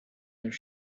their